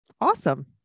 Awesome